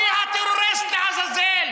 מי הטרוריסט, לעזאזל?